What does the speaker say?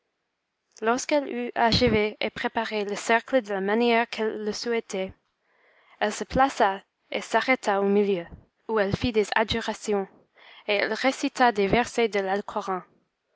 lorsqu'elle eut achevé et préparé le cercle de la manière qu'elle le souhaitait elle se plaça et s'arrêta au milieu où elle fit des adjurations et elle récita des versets de l'alcoran